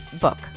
book